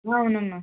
ఆ అవునమ్మా